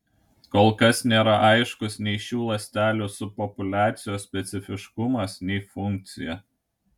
kol kas nėra aiškus nei šių ląstelių subpopuliacijos specifiškumas nei funkcija